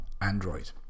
Android